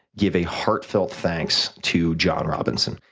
give a heartfelt thanks to john robinson.